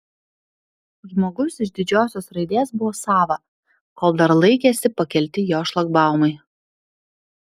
žmogus iš didžiosios raidės buvo sava kol dar laikėsi pakelti jo šlagbaumai